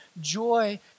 joy